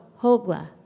Hogla